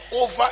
over